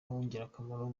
w’ingirakamaro